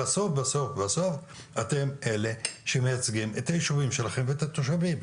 בסוף בסוף אתם אלה שמייצגים את הישובים שלכם ואת התושבים.